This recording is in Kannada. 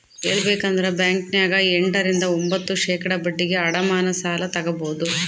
ಹೇಳಬೇಕಂದ್ರ ಬ್ಯಾಂಕಿನ್ಯಗ ಎಂಟ ರಿಂದ ಒಂಭತ್ತು ಶೇಖಡಾ ಬಡ್ಡಿಗೆ ಅಡಮಾನ ಸಾಲ ತಗಬೊದು